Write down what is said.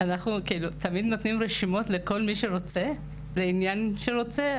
אנחנו תמיד נותנים רשימות לכל מי שרוצה לעניין שרוצה,